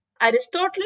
Aristotle